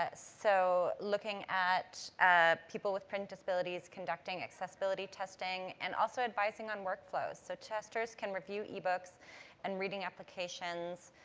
ah so, looking at ah people with print disabilities, conducting accessibility testing, and also advising on workflows, so testers can review ebooks and reading applications.